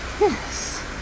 yes